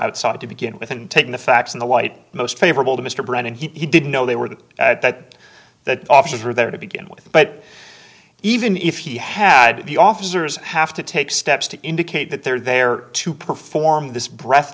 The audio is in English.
outside to begin with and taking the facts in the light most favorable to mr brennan he didn't know they were there at that that officers were there to begin with but even if he had the officers have to take steps to indicate that they're there to perform this breath